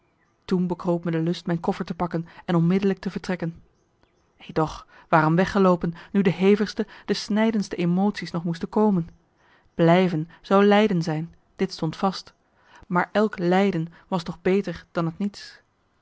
toen bekroop me de lust mijn koffer te pakken en onmiddellijk te vertrekken edoch waarom weggeloopen nu de hevigste de snijdenste emotie's nog moesten komen blijven zou lijden zijn dit stond vast maar elk lijden was toch beter dan het niets